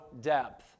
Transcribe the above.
depth